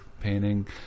Painting